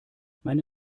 meine